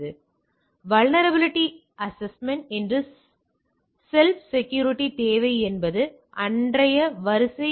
எனவே vulnerabilities assessment என்று self security தேவை என்பது அன்றைய வரிசை